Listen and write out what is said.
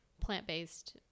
plant-based